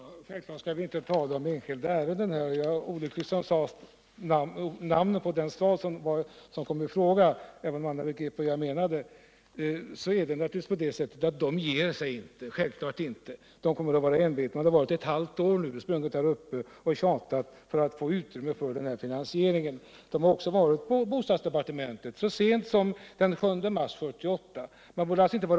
Herr talman! Självfallet skall vi inte här behandla enskilda ärenden. Det var olyckligt att jag sade namnet på den stad det gäller, även om säkert alla ändå hade begripit vilken jag menade. Självfallet kommer de ansvariga i Göteborg inte att ge sig, de är envetna. De har nu i ett halvt år sprungit hos riksbanken och tjatat för att få utrymme för den här finansieringen. De har också varit på bostadsdepartementet — så sent som den 7 mars 1978.